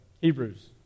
Hebrews